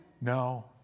No